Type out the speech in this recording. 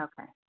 Okay